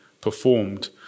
performed